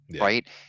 right